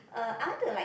uh I want to like